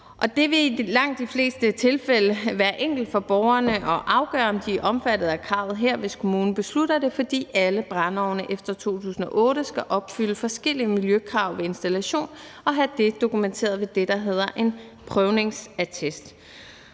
Det vil i langt de fleste tilfælde være enkelt for borgerne at afgøre, om de er omfattet af kravet her, hvis kommunen beslutter det, fordi alle brændeovne efter 2008 skal opfylde forskellige miljøkrav ved installation og have det dokumenteret ved det, der hedder en prøvningsattest.